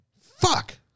Fuck